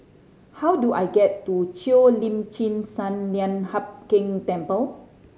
how do I get to Cheo Lim Chin Sun Lian Hup Keng Temple